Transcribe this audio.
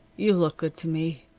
you look good to me,